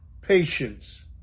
patience